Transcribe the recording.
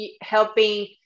helping